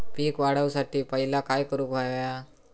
पीक वाढवुसाठी पहिला काय करूक हव्या?